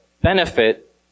benefit